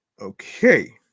Okay